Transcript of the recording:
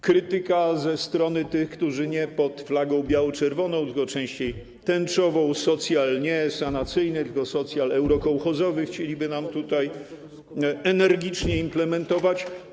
Krytyka ze strony tych, którzy nie pod flagą biało-czerwoną, tylko częściej tęczową - socjal nie sanacyjny, tylko socjal eurokołchozowy chcieliby nam tutaj energicznie implementować.